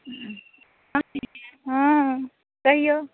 हँ कहिऔ